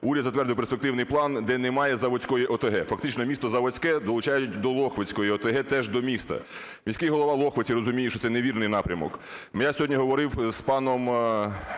Уряд затвердив перспективний план, де немає заводської ОТГ, фактично місто Заводське долучають до Лохвицької ОТГ, теж до міста. Міський голова Лохвиці розуміє, що це невірний напрямок. Я сьогодні говорив з паном